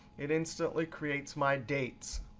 it instantly creates my dates.